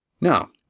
Now